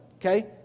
okay